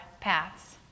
paths